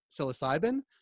psilocybin